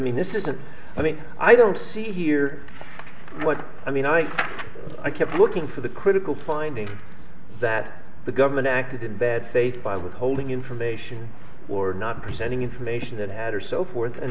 mean this isn't i mean i don't see here what i mean i i kept looking for the critical finding that the government acted in bad faith by withholding information or not presenting information that had or so forth and